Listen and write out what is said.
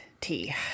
tea